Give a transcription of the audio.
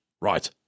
Right